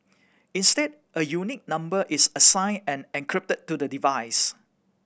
instead a unique number is assigned and encrypted to the device